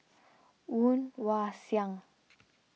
Woon Wah Siang